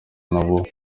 nabo